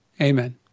Amen